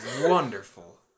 wonderful